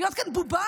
להיות כאן בובה?